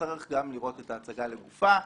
צריך גם לראות את ההצגה לגופה.